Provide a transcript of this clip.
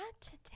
today